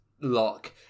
lock